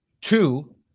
two